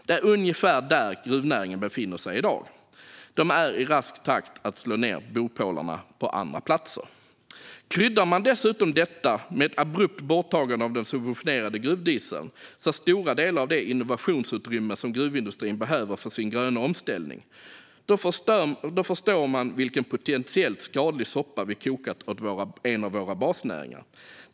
Det är ungefär där gruvnäringen befinner sig i dag, och den är i rask takt på väg att slå ned bopålarna på andra platser. Om man dessutom kryddar detta med ett abrupt borttagande av den subventionerade gruvdieseln så att stora delar av det innovationsutrymme som gruvindustrin behöver för sin gröna omställning försvinner förstår man vilken potentiellt skadlig soppa vi har kokat åt en av våra basnäringar.